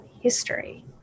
history